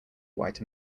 white